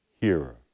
hearer